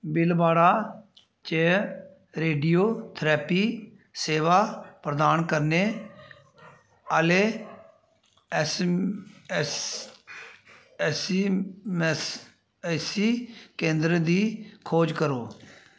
भीलवाड़ा च रेडियोथेरेपी सेवां प्रदान करने आह्ले एस एस एसीमेस एसी केंदरें दी खोज करो